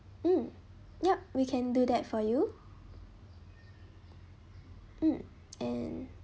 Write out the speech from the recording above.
mm yup we can do that for you mm and